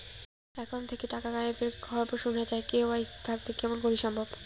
Account থাকি টাকা গায়েব এর খবর সুনা যায় কে.ওয়াই.সি থাকিতে কেমন করি সম্ভব?